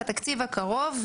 בתקציב הקרוב,